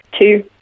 two